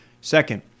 Second